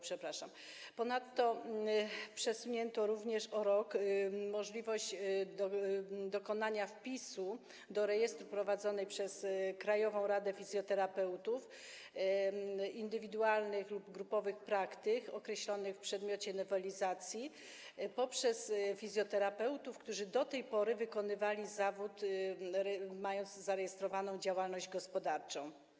Ponadto przesunięto również o rok możliwość dokonania wpisu do rejestru prowadzonego przez Krajową Radę Fizjoterapeutów indywidualnych lub grupowych praktyk określonych w przedmiotowej nowelizacji przez fizjoterapeutów, którzy do tej pory wykonywali zawód, mając zarejestrowaną działalność gospodarczą.